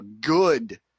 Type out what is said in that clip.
good